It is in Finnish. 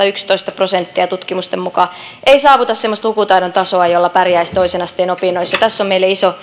yksitoista prosenttia tutkimusten mukaan ei saavuta semmoista lukutaidon tasoa jolla pärjäisi toisen asteen opinnoissa tässä on meille iso